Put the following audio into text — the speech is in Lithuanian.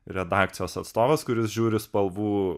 redakcijos atstovas kuris žiūri spalvų